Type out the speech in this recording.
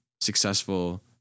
successful